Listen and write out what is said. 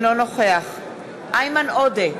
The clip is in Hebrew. אינו נוכח איימן עודה,